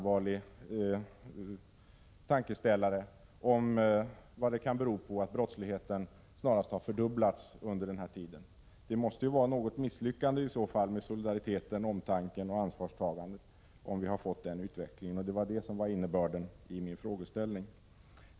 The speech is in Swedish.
Vad kan det bero på att brottsligheten snarast har fördubblats under denna tid? Det måste ju vara något misslyckande när det gäller solidariteten, omtanken och ansvarstagandet, om vi har denna utveckling, och detta var innebörden i min fråga.